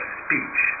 speech